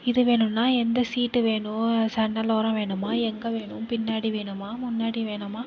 இது வேணும்னா எந்த சீட்டு வேணும் ஜன்னல் ஓரம் வேணுமா எங்கே வேணும் பின்னாடி வேணுமா முன்னாடி வேணுமா